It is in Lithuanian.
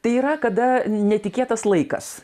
tai yra kada netikėtas laikas